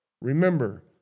Remember